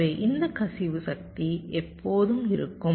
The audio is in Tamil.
எனவே இந்த கசிவு சக்தி எப்போதும் இருக்கும்